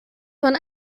von